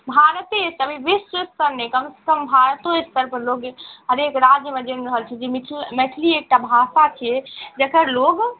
भारते विश्व स्तर नहि कमसँ कम भारतो स्तरपर लोग हरेक राज्यमे जानि रहल छै जे मिथिला मैथिली एकटा भाषा छिए जकर लोक